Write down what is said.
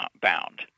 bound